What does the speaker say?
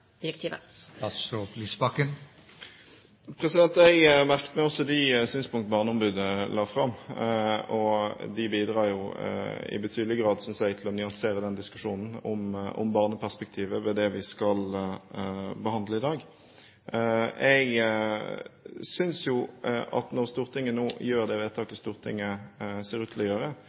direktivet? Jeg merket meg også de synspunktene barneombudet la fram. De bidrar i betydelig grad, synes jeg, til å nyansere diskusjonen om barneperspektivet ved det vi behandler i dag. Når Stortinget nå gjør det vedtaket Stortinget ser ut til